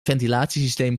ventilatiesysteem